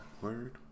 Word